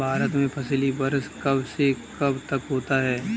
भारत में फसली वर्ष कब से कब तक होता है?